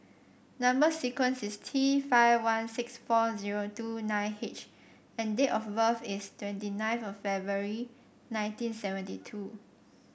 number sequence is T five one six four zero two nine H and date of birth is twenty ninth February nineteen seventy two